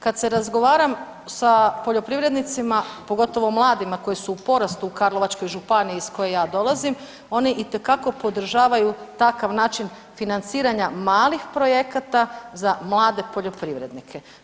Kad se razgovaram sa poljoprivrednicima, pogotovo mladima koji su u porastu u Karlovačkoj županiji iz koje ja dolazim, oni itekako podržavaju takav način financiranja malih projekata za mlade poljoprivrednike.